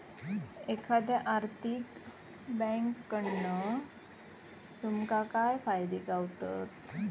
एखाद्या आर्थिक बँककडना तुमका काय फायदे गावतत?